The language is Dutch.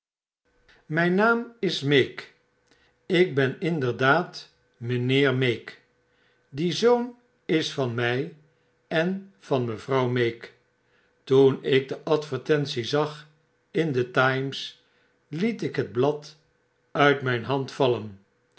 myn naam is meek ik bfcn inderdaad miinheer meek die zoon is van my en van mevrouw meek toen ik de advertentie zaginde times liet ik het blad uit myn hand vallen